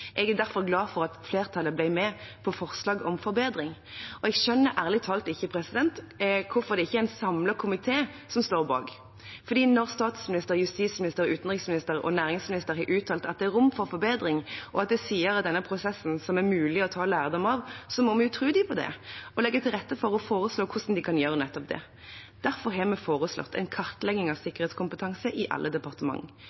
Jeg er derfor glad for at flertallet ble med på forslag om forbedring. Jeg skjønner ærlig talt heller ikke hvorfor det ikke er en samlet komité som står bak. Når statsministeren, justisministeren, utenriksministeren og næringsministeren har uttalt at det er rom for forbedringer, og at det er sider ved denne prosessen som det er mulig å ta lærdom av, må vi tro dem på det og legge til rette for å foreslå hvordan de kan gjøre nettopp det. Derfor foreslår vi en kartlegging av